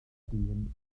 dyn